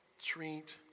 treat